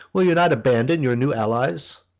will you not abandon your new allies?